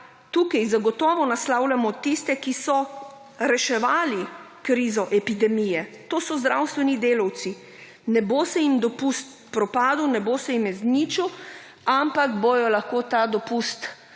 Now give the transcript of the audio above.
tukaj zagotovo naslavljamo tiste, ki so reševali krizo epidemije. To so zdravstveni delavci. Ne bo jim dopust propadel, ne bo se jim izničil, ampak bodo lahko ta dopust